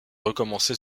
recommencer